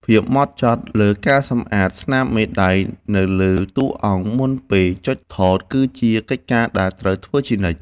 ភាពហ្មត់ចត់លើការសម្អាតស្នាមមេដៃនៅលើតួអង្គមុនពេលចុចថតគឺជាកិច្ចការដែលត្រូវធ្វើជានិច្ច។